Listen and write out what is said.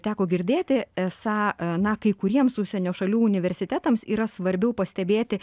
teko girdėti esą na kai kuriems užsienio šalių universitetams yra svarbiau pastebėti